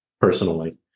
personally